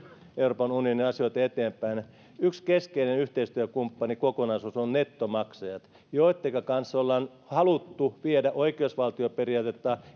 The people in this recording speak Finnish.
euroopan unionin asioita eteenpäin niin yksi keskeinen yhteistyökumppanikokonaisuus ovat nettomaksajat joittenka kanssa ollaan haluttu viedä oikeusvaltioperiaatetta